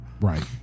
right